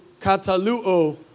katalu'o